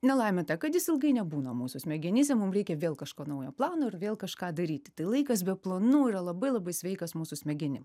nelaimė ta kad jis ilgai nebūna mūsų smegenyse mum reikia vėl kažko naujo plano ir vėl kažką daryti tai laikas be planų yra labai labai sveikas mūsų smegenim